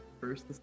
first